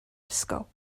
ysgol